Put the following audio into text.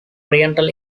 oriental